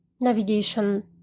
navigation